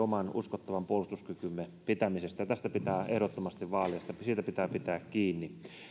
oman uskottavan puolustuskykymme pitämiseksi ja tätä pitää ehdottomasti vaalia ja siitä pitää pitää kiinni